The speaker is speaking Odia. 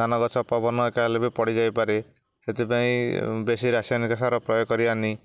ଧାନ ଗଛ ପବନ ଏକା ହେଲେ ବି ପଡ଼ିଯାଇପାରେ ସେଥିପାଇଁ ବେଶୀ ରାସାୟନିକ ସାର ପ୍ରୟୋଗ କରିବାନି